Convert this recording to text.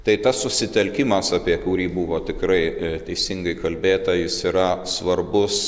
tai tas susitelkimas apie kurį buvo tikrai teisingai kalbėta jis yra svarbus